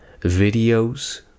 videos